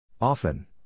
Often